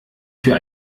für